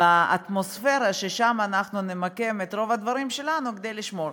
באטמוספירה ששם נמקם את רוב הדברים שלנו כדי לשמור.